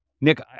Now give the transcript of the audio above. nick